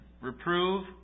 Reprove